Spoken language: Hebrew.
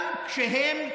גם כשהם,